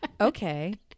okay